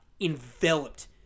enveloped